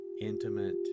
intimate